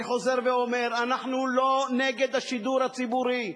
אני חוזר ואומר: אנחנו לא נגד השידור הציבורי.